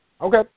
Okay